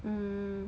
mm